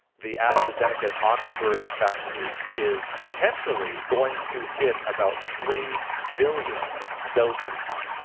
the astrazeneca-oxford vaccine is potentially going to hit about three billion doses.